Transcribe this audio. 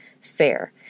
fair